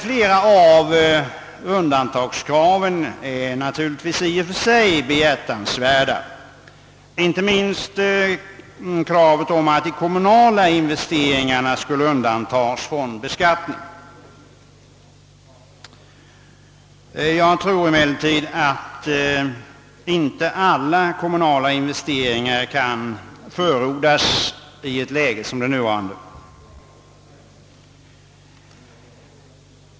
Många av undantagskraven är naturligtvis i och för sig behjärtansvärda, inte minst kravet beträffande de kommunala investeringarna. Jag tror emellertid inte att undantag för alla kommunala investeringar kan förordas i ett läge som det nuvarande.